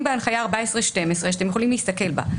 בהנחיה 14.12 שאתם יכולים להסתכל בה.